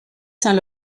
saint